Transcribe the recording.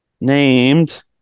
named